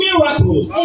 Miracles